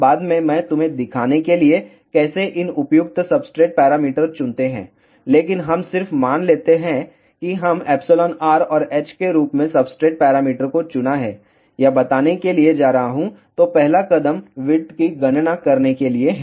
बाद में मैं तुम्हें दिखाने के लिए कैसे इन उपयुक्त सबस्ट्रेट पैरामीटर चुनते हैं लेकिन हम सिर्फ मान लेते हैं कि हम εr और h के रूप में सब्सट्रेट पैरामीटर को चुना है यह बताने के लिए जा रहा हूँ तो पहला कदम विड्थ की गणना करने के लिए है